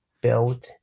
build